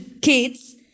kids